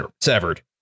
severed